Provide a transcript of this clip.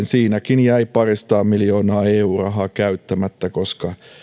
siinäkin jäi parisataa miljoonaa eu rahaa käyttämättä koska